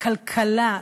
הכלכלה,